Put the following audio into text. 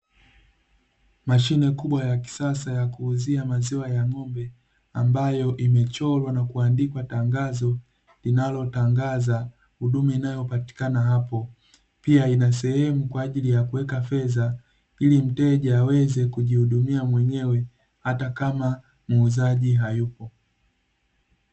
Mashine kubwa ya kisasa ya kuuzia maziwa ya ng'ombe, ambayo imechorwa na kuandikwa tangazo linalotangaza huduma inayopatikana hapo. Pia ina sehemu kwa ajili ya kuweka fedha, ili mteja aweze kujihudumia mwenyewe hata kama muuzaji hayupo.